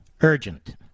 Urgent